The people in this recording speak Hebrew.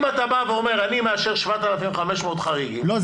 אם אתה בא ואומר: אני מאשר 7,500 חריגים -- לא,